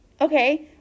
Okay